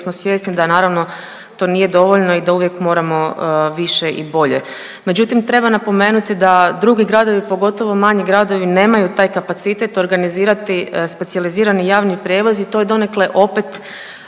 smo svjesni da naravno to nije dovoljno i da uvijek moramo više i bolje. Međutim, treba napomenuti da drugi gradovi pogotovo manji gradovi nemaju taj kapacitet organizirati specijalizirani javni prijevoz i to je donekle opet